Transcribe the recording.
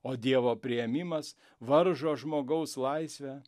o dievo priėmimas varžo žmogaus laisvę